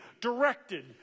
directed